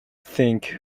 think